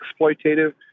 exploitative